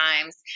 times